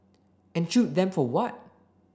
and shoot them for what